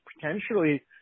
potentially